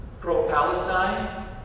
pro-Palestine